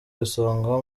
isonga